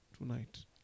tonight